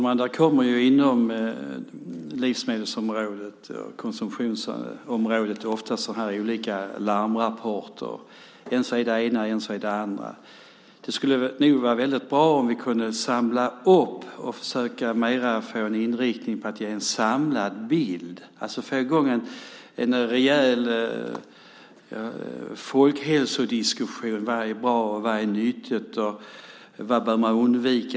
Herr talman! På livsmedelsområdet och konsumentområdet kommer det ofta larmrapporter. En säger det ena, en annan säger det andra. Det skulle nog vara bra om vi kunde samla upp det hela och ge en samlad bild. Då kunde vi få i gång en rejäl folkhälsodiskussion om vad som är bra, vad som är nyttigt och vad man bör undvika.